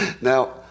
Now